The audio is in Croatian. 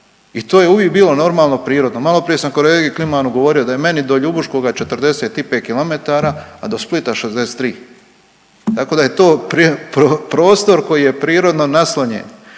i to je uvijek bilo normalno, prirodno. Maloprije sam kolegi Klimanu govorio da je meni do Ljubuškoga 45 km, a do Splita 63. Tako da je to prostor koji je prirodno naslonjen,